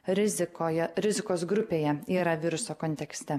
rizikoje rizikos grupėje yra viruso kontekste